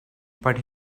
but